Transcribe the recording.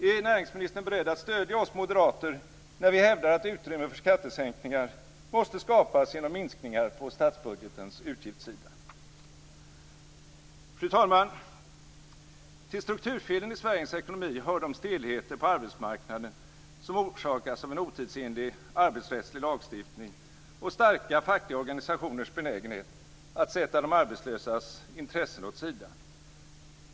Är näringsministern beredd att stödja oss moderater, när vi hävdar att utrymme för nödvändiga skattesänkningar måste skapas genom minskningar på statsbudgetens utgiftssida? Fru talman! Till strukturfelen i Sveriges ekonomi hör de stelheter på arbetsmarknaden som orsakas av en otidsenlig arbetsrättslig lagstiftning och starka fackliga organisationers benägenhet att sätta de arbetslösas intressen åt sidan.